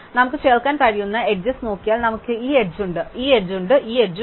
നമുക്ക് ചേർക്കാൻ കഴിയുന്ന എഡ്ജസ് നോക്കിയാൽ നമുക്ക് ഈ എഡ്ജ് ഉണ്ട് ഈ എഡ്ജ് ഉണ്ട് ഈ എഡ്ജ് ഉണ്ട്